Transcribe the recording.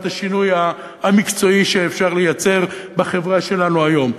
השינוי המקצועי שאפשר לייצר בחברה שלנו היום?